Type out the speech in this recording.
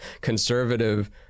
conservative